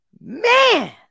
Man